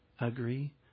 agree